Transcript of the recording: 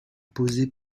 posait